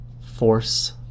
force